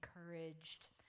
encouraged